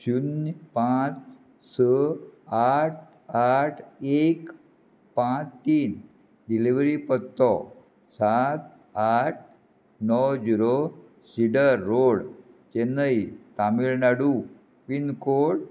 शुन्य पांच स आठ आठ एक पांच तीन डिलिव्हरी पत्तो सात आठ णव zero cedar road Chennai Tamil Nadu pin code